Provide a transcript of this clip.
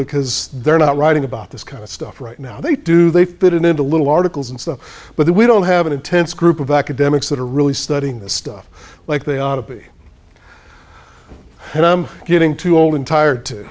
because they're not writing about this kind of stuff right now they do they fit it into little articles and so but we don't have an intense group of academics that are really studying this stuff like they ought to be and i'm getting too old and tired to